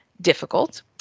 difficult